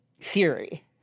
theory